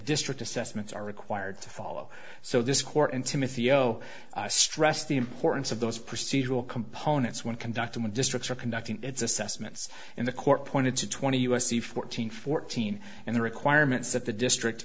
district assessments are required to follow so this court and timothy o stressed the importance of those procedural components when conducted when districts are conducting its assessments and the court pointed to twenty u s c fourteen fourteen and the requirements of the district